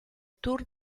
tour